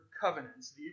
covenants